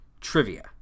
trivia